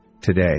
today